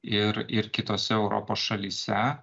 ir ir kitose europos šalyse